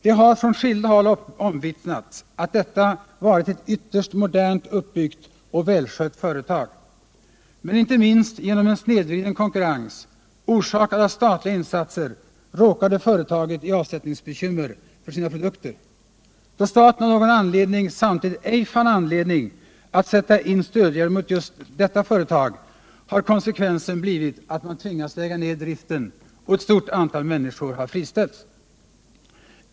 Det har från skilda håll omvittnats att detta varit ett ytterst modernt uppbyggt och välskött företag. Men inte minst genom en snedvriden konkurrens orsakad av statliga insatser råkade företaget ut för avsättningsbekymmer för sina produkter. Då staten av någon anledning samtidigt ej fann anledning att sätta in stödåtgärder för just detta företag, har konsekvensen blivit att man tvingats lägga ned driften, och ett stort antal människor har friställts.